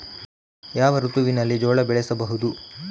ಯಾವ ಋತುವಿನಲ್ಲಿ ಜೋಳ ಬೆಳೆಸಬಹುದು?